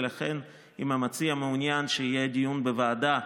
ולכן אם המציע מעוניין שיהיה דיון בוועדה,